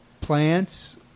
plants